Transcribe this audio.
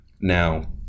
Now